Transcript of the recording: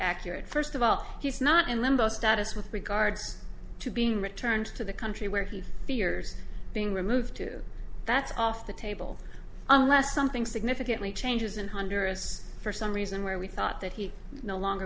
accurate first of all he's not in limbo status with regards to being returned to the country where he fears being removed that's off the table unless something significantly changes in honduras for some reason where we thought that he no longer